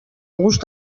gust